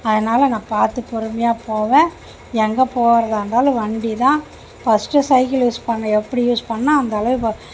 அதனால நான் பார்த்து பொறுமையாக போவேன் எங்கே போகிறதா இருந்தாலும் வண்டிதான் ஃபர்ஸ்ட்டு சைக்கிளு யூஸ் பண்ணேன் எப்படி யூஸ் பண்ண அந்தளவு